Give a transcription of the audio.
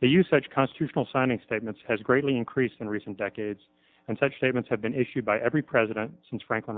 they use such constitutional signing statements has greatly increased in recent decades and such statements have been issued by every president since franklin